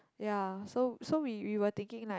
ya so so we we were thinking like